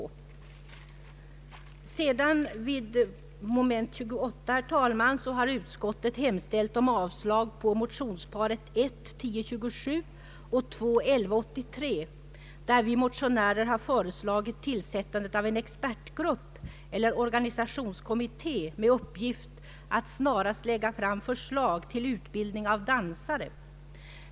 Under punkten 28 har utskottet hemställt om avslag på motionsparet I: 1027 och II: 1183, i vilka vi motionärer har föreslagit tillsättandet av en organisationskommitté med uppgift att snarast lägga fram förslag till utbildning av dansare.